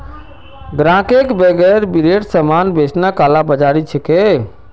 ग्राहकक बेगैर बिलेर सामान बेचना कालाबाज़ारी छिके